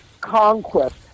conquest